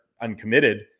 uncommitted